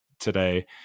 Today